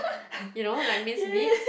you know like minced meat